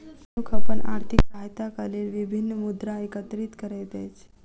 मनुख अपन आर्थिक सहायताक लेल विभिन्न मुद्रा एकत्रित करैत अछि